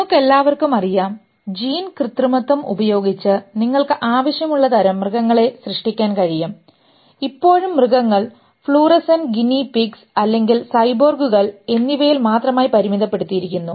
നമുക്കെല്ലാവർക്കും അറിയാം ജീൻ കൃത്രിമത്വം ഉപയോഗിച്ച് നിങ്ങൾക്ക് ആവശ്യമുള്ള തരം മൃഗങ്ങളെ സൃഷ്ടിക്കാൻ കഴിയും ഇപ്പോഴും മൃഗങ്ങൾ fluorescent Ginny pigs അല്ലെങ്കിൽ cyborgsകൾ എന്നിവയിൽ മാത്രമായി പരിമിതപ്പെടുത്തിയിരിക്കുന്നു